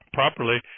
properly